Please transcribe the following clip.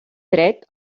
dret